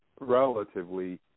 relatively